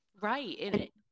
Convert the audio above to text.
Right